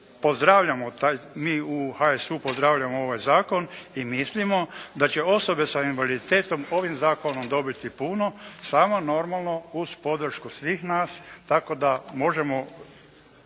pozdravljamo taj, mi u HSU pozdravljamo ovaj zakon i mislimo da će osobe sa invaliditetom ovim zakonom dobiti puno samo normalno uz podršku svih nas tako da možemo